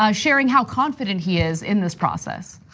um sharing how confident he is in this process.